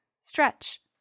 Stretch